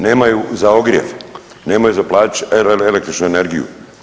Nemaju za ogrijev, nemaju za plaćat električnu energiju.